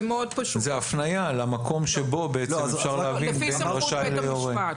זה מאוד פשוט זו הפניה למקום שבו אפשר להבין מה בין רשאי לבין יורה.